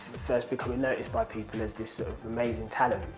first becoming noticed by people as this amazing talent,